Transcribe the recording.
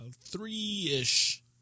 three-ish